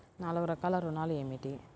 నాలుగు రకాల ఋణాలు ఏమిటీ?